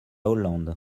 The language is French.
hollande